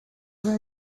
where